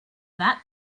that